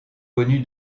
connu